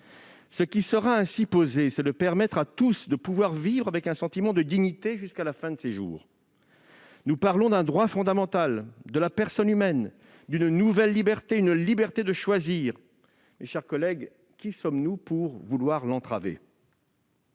voter cet article 1. Nous permettrions ainsi à chacun de vivre avec un sentiment de dignité jusqu'à la fin de ses jours. Nous parlons d'un droit fondamental de la personne humaine, d'une nouvelle liberté : la liberté de choisir. Mes chers collègues, qui sommes-nous pour vouloir entraver